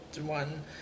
one